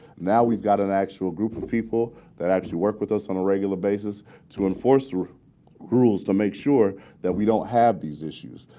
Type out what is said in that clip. now, we've got an actual group of people that actually work with us on a regular basis to enforce the rules to make sure that we don't have these issues.